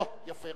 או, יפה.